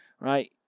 right